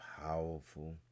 powerful